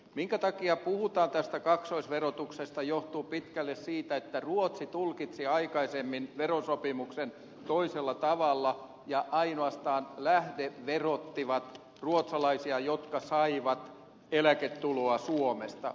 minkä takia puhutaan tästä kaksoisverotuksesta johtuu pitkälle siitä että ruotsi tulkitsi aikaisemmin verosopimuksen toisella tavalla ja ainoastaan lähdeverotti ruotsalaisia jotka saivat eläketuloa suomesta